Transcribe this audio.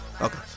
Okay